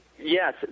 Yes